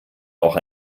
auch